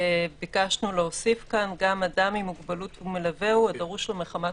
ביקשנו להוסיף כאן גם אדם עם מוגבלות ומלווהו הדרוש לו מחמת